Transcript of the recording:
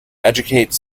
educate